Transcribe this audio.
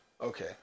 Okay